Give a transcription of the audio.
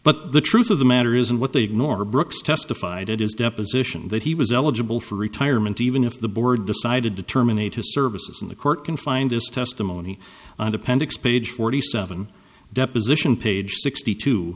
but the truth of the matter is and what they ignore brooks testified at his deposition that he was eligible for retirement even if the board decided to terminate his services in the court can find this testimony and appendix page forty seven deposition page sixty two